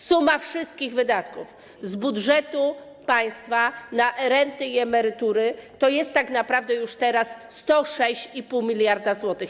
Suma wszystkich wydatków z budżetu państwa na renty i emerytury to jest tak naprawdę już teraz 106,5 mld zł.